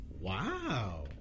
wow